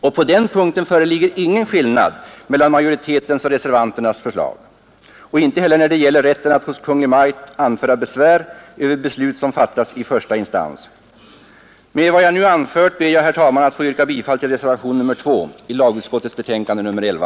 Och på den punkten föreligger ingen skillnad mellan majoritetens och reservanternas förslag, liksom inte heller när det gäller rätten att hos Kungl. Maj:t anföra besvär över beslut som fattats i första instans. Med vad jag nu anfört ber jag, herr talman, att få yrka bifall till reservationen 2 vid lagutskottets betänkande nr 11.